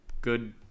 good